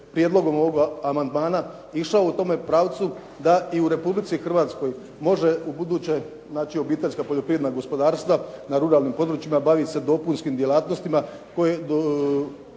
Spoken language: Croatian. prijedlogom ovog amandmana išao u tome pravcu da i u RH može ubuduće znači obiteljska poljoprivredna gospodarstva na ruralnim područjima bavit se dopunskim djelatnostima koji